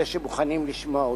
אלה שמוכנים לשמוע אותי,